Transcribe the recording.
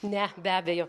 ne be abejo